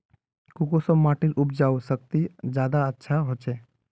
कुंसम माटिर उपजाऊ शक्ति ज्यादा अच्छा होचए?